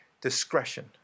Discretion